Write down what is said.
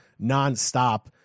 nonstop